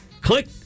Click